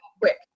quick